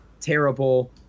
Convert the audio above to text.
Terrible